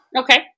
Okay